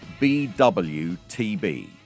BWTB